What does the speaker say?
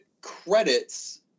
credits